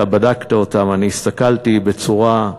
אתה בדקת אותם, אני הסתכלתי בצורה,